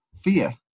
fear